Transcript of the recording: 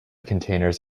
containers